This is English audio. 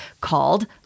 called